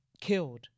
killed